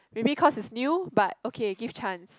maybe cause it's new but okay give chance